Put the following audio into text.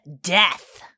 death